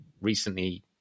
recently